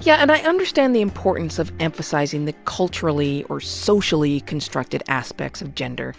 yeah and i understand the importance of emphasizing the culturally, or socially constructed aspects of gender